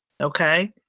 Okay